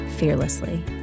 Fearlessly